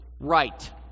right